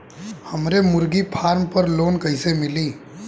हमरे मुर्गी फार्म पर लोन कइसे मिली?